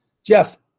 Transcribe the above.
Jeff